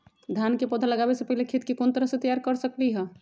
धान के पौधा लगाबे से पहिले खेत के कोन तरह से तैयार कर सकली ह?